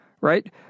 right